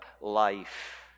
life